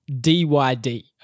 DYD